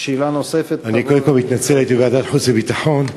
אני קודם כול מתנצל, הייתי בוועדת חוץ וביטחון,